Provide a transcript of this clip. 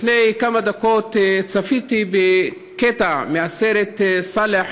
לפני כמה דקות צפיתי בקטע מהסרט "סאלח,